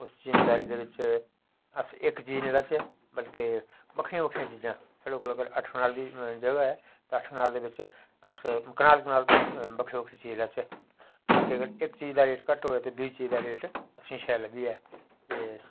आक्खा रदी ऐ भाई त्रै त्रै भाषां जेहकियां हैन असें स्कूलें च पढ़ानियां जेहका बच्चा डोगरी बोलना चाहंदा ते ओह् डोगरी पढ़ी बी सकदा जिस बेल्लै कताबां सलेबस दे बिच औङन ते ओह् ओह्दे बाद पता लग्गना